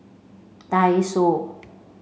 Daiso